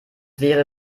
wäre